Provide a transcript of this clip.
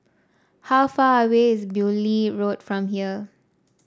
how far away is Beaulieu Road from here